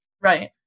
right